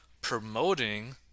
promoting